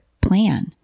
plan